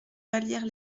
vallières